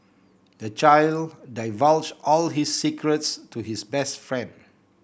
the child divulged all his secrets to his best friend